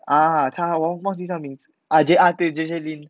uh 他我忘记忘记他什么名字 uh 对 J J lin